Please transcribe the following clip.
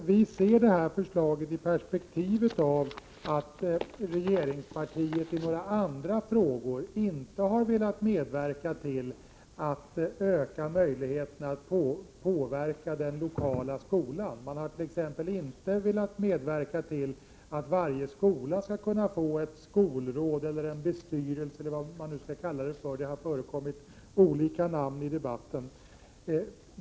Vi ser det här förslaget i perspektivet av att regeringspartiet i några andra frågor inte har velat medverka till att öka möjligheterna att påverka den lokala skolan. Man har t.ex. inte velat medverka till att varje skola skall kunna få ett skolråd eller en bestyrelse eller vad man nu skall kalla det; det har förekommit olika namn i debatten.